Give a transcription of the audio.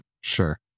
sure